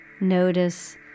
Notice